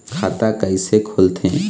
खाता कइसे खोलथें?